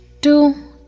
two